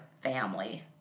family